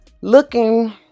looking